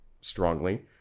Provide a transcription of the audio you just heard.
strongly